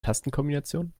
tastenkombination